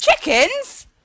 Chickens